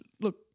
look